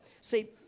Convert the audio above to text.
See